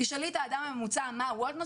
תשאלי את האדם הממוצע מה וולט נותנת,